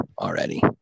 already